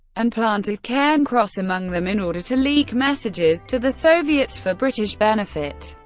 and planted cairncross among them in order to leak messages to the soviets for british benefit.